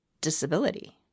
disability